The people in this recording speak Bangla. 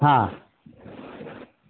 হাঁ